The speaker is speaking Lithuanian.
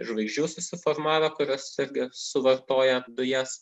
žvaigždžių susiformavę kurios irgi suvartoja dujas